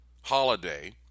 holiday